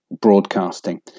broadcasting